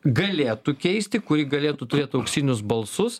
galėtų keisti kuri galėtų turėt auksinius balsus